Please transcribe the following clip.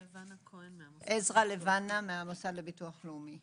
עזרא לבנה מהמוסד לביטוח לאומי.